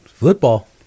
Football